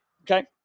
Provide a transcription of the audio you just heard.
Okay